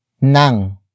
nang